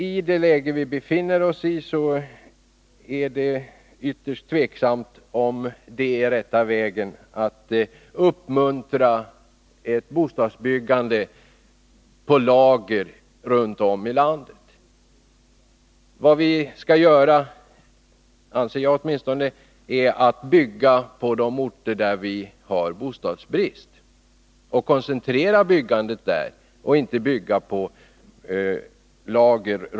I det ekonomiska läge vi befinner oss i är det emellertid tveksamt om den rätta vägen att gå är att uppmuntra ett bostadsbyggande ”på lager” runt om i landet. Vad vi skall göra — det anser åtminstone jag — är att bygga på de orter där man har bostadsbrist och koncentrera byggandet där, och inte bara bygga på lager.